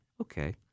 Okay